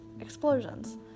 explosions